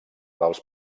dels